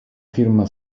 firma